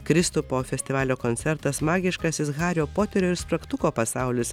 kristupo festivalio koncertas magiškasis hario poterio ir spragtuko pasaulis